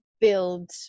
build